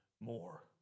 more